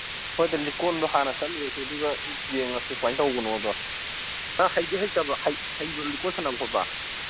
ꯑꯩꯈꯣꯏꯗ ꯂꯤꯀꯣꯟꯗꯣ ꯍꯥꯟꯅ ꯆꯠꯂꯨꯔꯁꯤ ꯑꯗꯨꯒ ꯌꯦꯡꯉꯁꯤ ꯀꯃꯥꯏ ꯇꯧꯕꯅꯣꯗꯣ ꯅꯪ ꯍꯩꯗꯤ ꯍꯩꯕ꯭ꯔꯣ ꯂꯤꯀꯣꯟ ꯁꯥꯟꯅꯕ ꯈꯣꯠꯄ